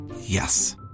yes